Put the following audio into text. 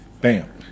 Bam